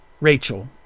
Rachel